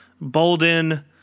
Bolden